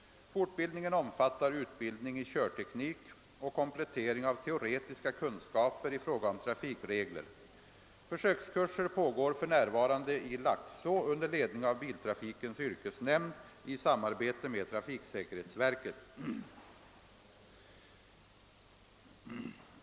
Fortbildningen omfattar utbildning i körteknik och komplettering av teoretiska kunskaper i fråga om trafikregler. Försökskurser pågår i Laxå under ledning av Biltrafikens yrkesnämnd i samarbete med trafiksäkerhetsverket.